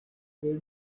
where